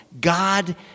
God